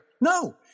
No